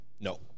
No